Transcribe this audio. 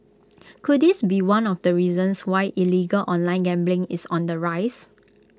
could this be one of the reasons why illegal online gambling is on the rise